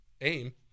aim